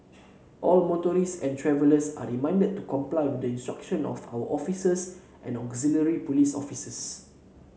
all motorists and travellers are reminded to comply with the instruction of our officers and auxiliary police officers